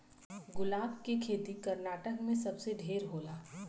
गुलाब के खेती कर्नाटक में सबसे ढेर होला